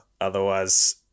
Otherwise